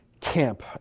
camp